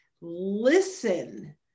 listen